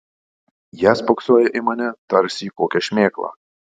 jie spoksojo į mane tarsi į kokią šmėklą